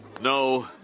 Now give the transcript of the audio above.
No